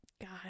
God